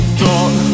thought